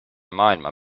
maailma